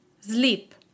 sleep